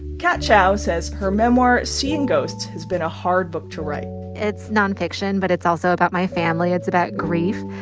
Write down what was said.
kat chow says her memoir seeing ghosts has been a hard book to write it's nonfiction, but it's also about my family. it's about grief.